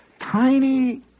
tiny